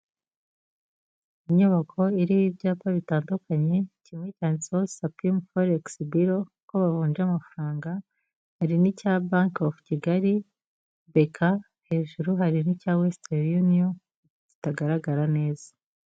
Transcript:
Inyubako iriho ibyapa bitandukanye kimwe cyanditseho Sapimu foregisi biro ko bavunje amafaranga, hari n'icya Banki of Kigali (bk). Hejuru hari n'icya Western Union kitagaragara neza.